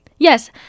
Yes